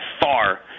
far